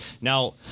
now